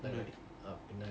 பின்னாடி:pinnadi